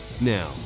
Now